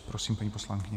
Prosím, paní poslankyně.